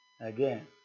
again